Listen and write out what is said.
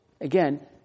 again